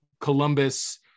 Columbus